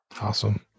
awesome